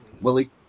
Willie